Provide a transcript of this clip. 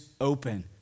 open